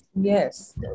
Yes